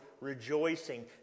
rejoicing